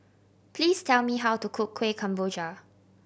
please tell me how to cook Kuih Kemboja